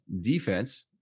defense